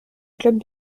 club